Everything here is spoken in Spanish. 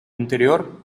interior